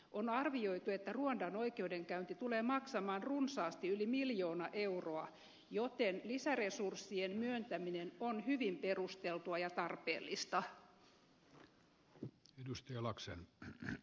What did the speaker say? on arvioitu että ruandan oikeudenkäynti tulee maksamaan runsaasti yli miljoona euroa joten lisäresurssien myöntäminen on hyvin perusteltua ja tarpeellista